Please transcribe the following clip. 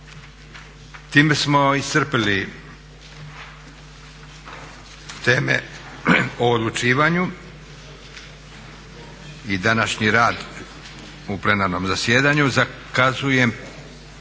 Time smo iscrpili teme o odlučivanju i današnji rad u plenarnom zasjedanju. Zakazujem